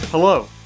Hello